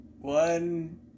One